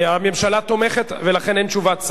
הממשלה תומכת, ולכן אין תשובת שר.